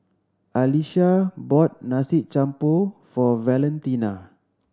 Alisha bought Nasi Campur for Valentina